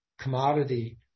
commodity